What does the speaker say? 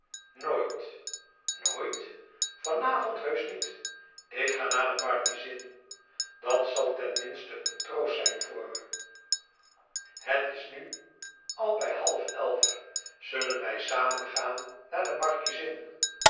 nooit nooit van avond heusch niet ik ga naar de markiezin dat zal ten minste een troost zijn voor me het is nu al bij half elf zullen wij samen gaan naar de markiezin